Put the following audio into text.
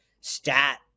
stat